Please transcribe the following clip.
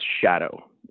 shadow